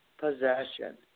possession